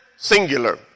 Singular